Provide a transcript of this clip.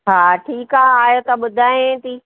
हा ठीकु आहे आयो त ॿुधायां थी